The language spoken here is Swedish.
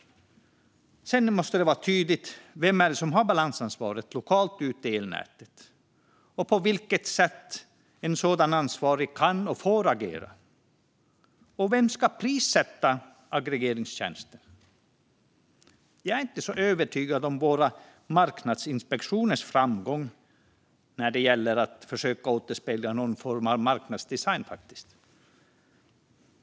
Sedan måste det vara tydligt vem det är som har balansansvaret lokalt ute i elnätet och på vilket sätt en sådan ansvarig kan och får agera. Och vem ska prissätta aggregeringstjänsten? Jag är inte så övertygad om våra marknadsinspektioners framgång när det gäller att försöka återspegla någon form av marknadsdesign.